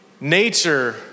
nature